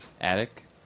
attic